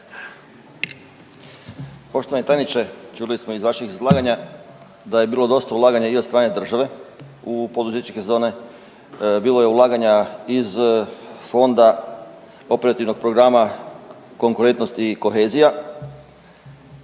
Poštovani tajniče čuli smo iz vašeg izlaganja da je bilo dosta ulaganja i od strane države u poduzetničke zone, bilo je ulaganja iz fonda operativnog programa konkurentnost i kohezija,